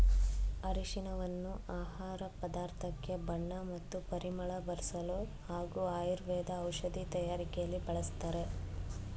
ಅರಿಶಿನವನ್ನು ಆಹಾರ ಪದಾರ್ಥಕ್ಕೆ ಬಣ್ಣ ಮತ್ತು ಪರಿಮಳ ಬರ್ಸಲು ಹಾಗೂ ಆಯುರ್ವೇದ ಔಷಧಿ ತಯಾರಕೆಲಿ ಬಳಸ್ತಾರೆ